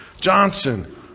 Johnson